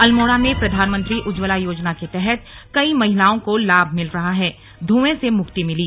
अल्मोड़ा में प्रधानमंत्री उज्जवला योजना के तहत कई महिलाओं को लाभ मिल रहा हैधुएं से मुक्ति मिली